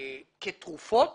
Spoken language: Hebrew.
כתרופות